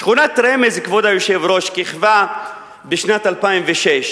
שכונת רמז, כבוד היושב-ראש, כיכבה בשנת 2006,